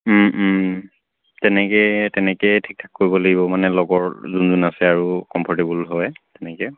তেনেকৈ তেনেকৈয়ে ঠিকঠাক কৰিব লাগিব মানে লগৰ যোন যোন আছে আৰু কমফৰ্টেবল হয় তেনেকৈ